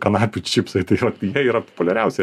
kanapių čipsai tai va tai jie yra populiariausi